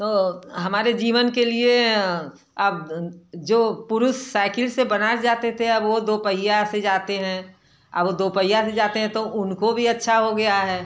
तो हमारे जीवन के लिए अब जो पुरुष साइकिल से बनारस जाते थे अब वो दो पहिया से जाते हैं अब दो पहिया से जाते हैं तो उनको भी अच्छा हो गया है